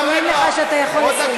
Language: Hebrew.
מסמנים לך שאתה יכול לסיים.